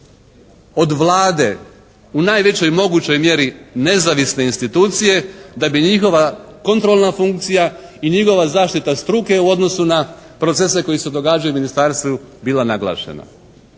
od Vlade u najvećoj mogućnoj mjeri nezavisne institucije da bi njihova kontrolna funkcija i njihova zaštita struke u odnosu na procese koji se događaju u ministarstvu bila naglašena.